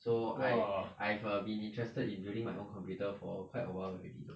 so I I've been interested in building my own computer for quite awhile already